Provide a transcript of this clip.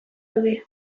daude